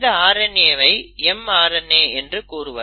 இந்த RNAவை mRNA என்று கூறுவர்